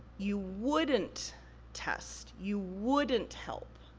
you wouldn't test, you wouldn't help.